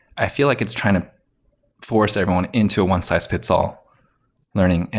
i feel like it's trying to force everyone into a one size fits all learning.